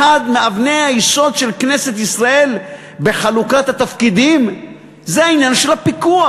אחת מאבני היסוד של כנסת ישראל בחלוקת התפקידים זה העניין של הפיקוח.